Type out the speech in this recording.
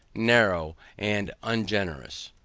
narrow and ungenerous.